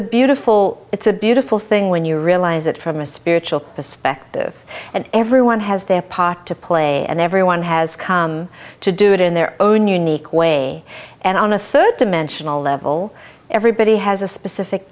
a beautiful it's a beautiful thing when you realize that from a spiritual perspective and everyone has their part to play and everyone has come to do it in their own unique way and on a third dimensional level everybody has a specific